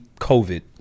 COVID